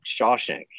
Shawshank